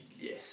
Yes